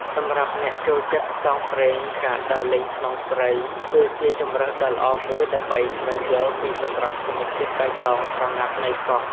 សម្រាប់អ្នកចូលចិត្តផ្សងព្រេង ការដើរលេងក្នុងព្រៃ គឺជាជម្រើសដ៏ល្អមួយដើម្បីស្វែងយល់ពីសម្រស់ធម្មជាតិបៃតងស្រងាត់នៃកោះ។